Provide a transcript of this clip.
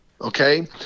Okay